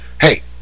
hey